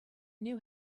knew